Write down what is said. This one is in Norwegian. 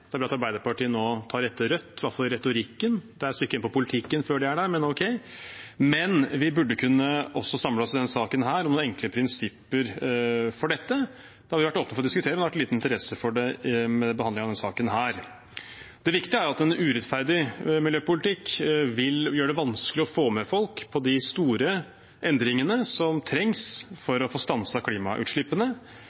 Det er bra at Arbeiderpartiet nå tar etter Rødt, i hvert fall i retorikken. Det er et stykke igjen på politikken før de er der, men ok. Vi burde også kunne samle oss om noen enkle prinsipper i denne saken for dette – vi har vært åpne for å diskutere, men det har vært liten interesse for det i behandlingen av denne saken. Det viktige er at en urettferdig miljøpolitikk vil gjøre det vanskelig å få med folk på de store endringene som trengs